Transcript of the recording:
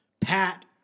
Pat